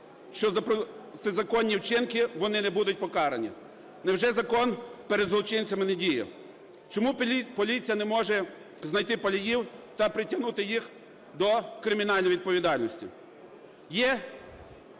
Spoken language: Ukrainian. що за протизаконні вчинки вони не будуть покарані. Невже закон перед злочинцями не діє. Чому поліція не може знайти паліїв та притягнути їх до кримінальної відповідальності? Є